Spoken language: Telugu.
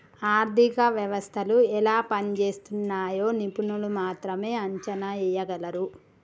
ఆర్థిక వ్యవస్థలు ఎలా పనిజేస్తున్నయ్యో నిపుణులు మాత్రమే అంచనా ఎయ్యగలరు